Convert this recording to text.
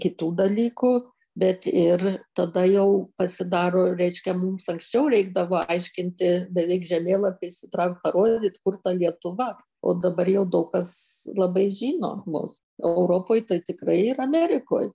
kitų dalykų bet ir tada jau pasidaro reiškia mums anksčiau reikdavo aiškinti beveik žemėlapį išsitraukt parodyt kur ta lietuva o dabar jau daug kas labai žino mus europoj tai tikrai ir amerikoj